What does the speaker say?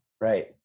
Right